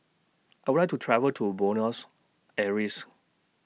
I Would like to travel to Buenos Aires